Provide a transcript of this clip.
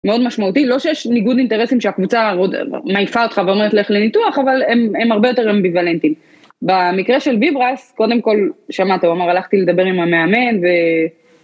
מאוד משמעותי, לא שיש ניגוד אינטרסים שהקבוצה מעיפה אותך ואומרת לך לניתוח, אבל הם הרבה יותר אמביוולנטיים. במקרה של ביברס, קודם כל, שמעת, הוא אמר, הלכתי לדבר עם המאמן ו...